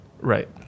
Right